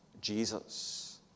Jesus